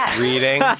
Reading